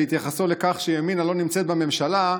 בהתייחסו לכך שימינה לא נמצאת בממשלה,